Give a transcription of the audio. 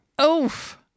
oof